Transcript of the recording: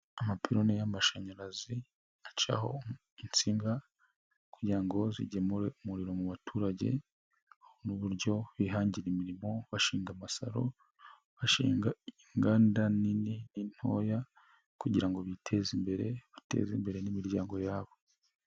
Amapiloni y'amashanyarazi acaho insinga kugira ngo zigemure umuriro mu baturage, ni uburyo bihangira imirimo bashinga amasaro bashinga inganda nini n'intoya kugira ngo biteze imbere bateze imbere n'imiryango yabo.